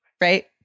right